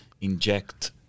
inject